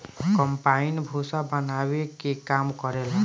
combine भूसा बानावे के काम करेला